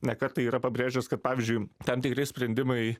ne kartą yra pabrėžęs kad pavyzdžiui tam tikri sprendimai